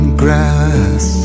grass